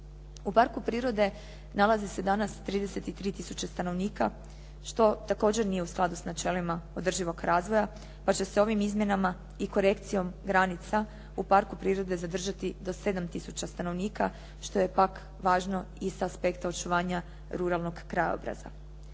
U parku prirode nalazi se danas 33 tisuće stanovnika što također nije u skladu s načelima održivog razvoja pa će se ovim izmjenama i korekcijom granica u parku prirode zadržati do 7 tisuća stanovnika, što je pak važno i sa aspekta očuvanja ruralnog krajobraza.